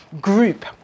group